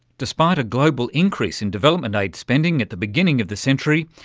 despite a global increase in development aid spending at the beginning of the century,